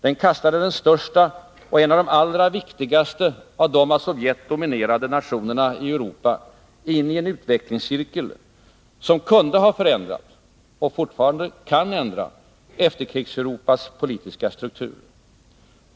Den kastade den största och en av de allra viktigaste av de av Sovjet dominerade nationerna i Europa in i en utvecklingscirkel som kunde ha förändrat — och fortfarande kan ändra — Efterkrigseuropas politiska struktur.